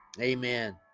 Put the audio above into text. Amen